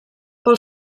pel